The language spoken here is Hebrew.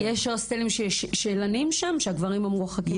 יש הוסטלים שהגברים המורחקים לנים שם?